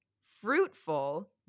fruitful